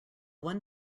one